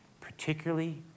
particularly